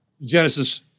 Genesis